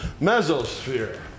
mesosphere